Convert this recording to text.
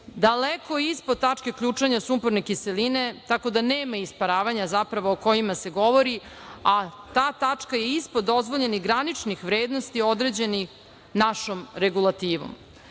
daleko ispod tačke ključanja sumporne kiseline, tako da nema isparavanja zapravo o kojima se govori, a ta tačka je ispod dozvoljenih graničnih vrednosti određenih našom regulativom.U